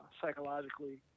psychologically